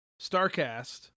StarCast